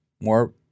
more